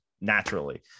naturally